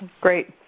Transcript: great